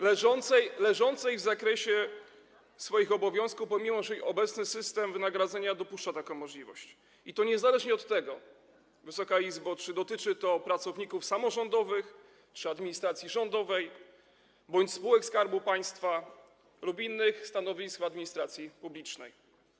leżącej w zakresie obowiązków, pomimo że obecny system wynagradzania dopuszcza taką możliwość, i to niezależnie od tego, Wysoka Izbo, czy dotyczy to pracowników samorządowych czy administracji rządowej, czy spółek Skarbu Państwa, czy innych stanowisk w administracji publicznej.